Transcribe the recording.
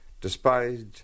despised